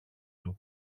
του